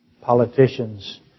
politicians